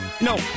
No